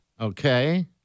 Okay